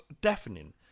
deafening